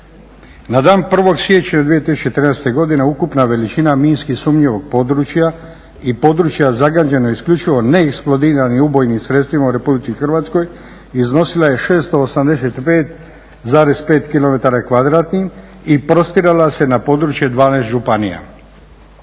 Na dan 01. siječnja 2013. godine ukupna veličina minski sumnjivog područja i područja zagađenog isključivo neeksplodiranim ubojnim sredstvima u RH iznosila je 685,5 kilometara kvadratnih i prostirala se na područje 12 županija.